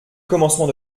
commencement